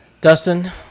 Dustin